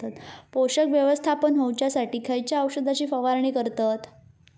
पोषक व्यवस्थापन होऊच्यासाठी खयच्या औषधाची फवारणी करतत?